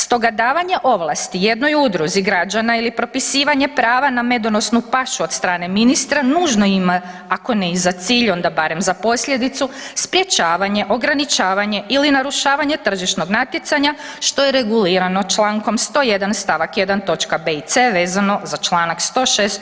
Stoga davanje ovlasti jednoj udruzi građana ili propisivanje prava na medonosnu pašu od strane ministra, nužno ima ako ne i za cilj, onda barem za posljedicu, sprječavanje, ograničavanje ili narušavanje tržišnog natjecanja što je regulirano čl. 101. stavak točka b. i c. vezano za čl. 106.